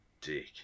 dick